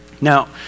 Now